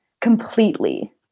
completely